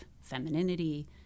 femininity